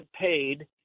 paid